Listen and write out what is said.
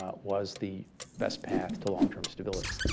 ah was the best path to long-term stability.